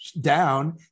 down